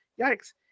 Yikes